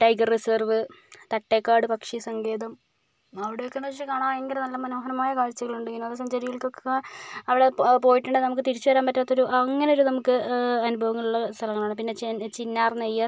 tiger reserve Thattekkad പക്ഷി സങ്കേതം അവിടെയൊക്കെയെന്ന് വെച്ചാൽ കാണാൻ ഭയങ്കര നല്ല മനോഹരമായ കാഴ്ചകളുണ്ട് ഇങ്ങനെ വിനോദ സഞ്ചാരികൾക്കൊക്കെ അവിടെ പോയിട്ടുണ്ടേ നമുക്ക് തിരിച്ച് വരാൻ പറ്റാത്ത ഒരു അങ്ങനെ ഒരു നമുക്ക് അനുഭവങ്ങൾ ഉള്ള സ്ഥലങ്ങളാണ് പിന്നെ ചെന്ന ചിന്നാർ നെയ്യാർ